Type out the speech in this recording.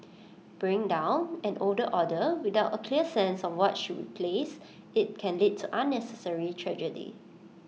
bring down an old order without A clear sense of what should replace IT can lead to unnecessary tragedy